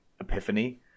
epiphany